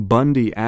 Bundy